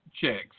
chicks